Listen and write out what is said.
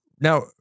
now